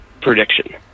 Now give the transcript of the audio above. prediction